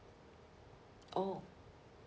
oh